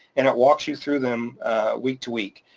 and it walks you through them week to week.